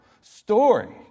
story